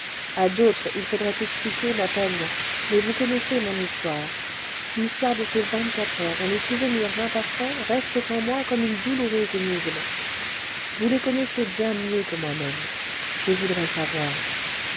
a d'autres il faudrait expliquer ma peine mais vous connaissez mon histoire l'histoire de ces vingt-quatre heures dont les souvenirs imparfaits restent en moi comme une douloureuse énigme vous les connaissez bien mieux que moi-même je voudrais savoir